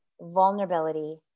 vulnerability